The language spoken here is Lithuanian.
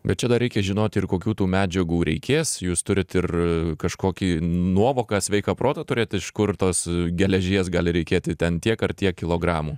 bet čia dar reikia žinoti ir kokių tą medžiagų reikės jūs turit ir kažkokį nuovoką sveiką protą turėti iš kur tos geležies gali reikėti ten tiek ar tiek kilogramų